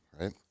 right